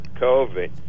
COVID